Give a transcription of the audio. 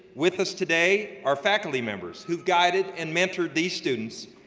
with us today are faculty members who've guided and mentored these students,